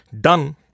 done